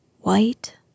white